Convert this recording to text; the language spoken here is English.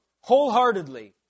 wholeheartedly